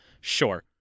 Sure